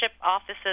offices